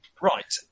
Right